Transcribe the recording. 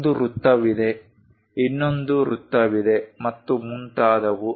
ಒಂದು ವೃತ್ತವಿದೆ ಇನ್ನೊಂದು ವೃತ್ತವಿದೆ ಮತ್ತು ಮುಂತಾದವು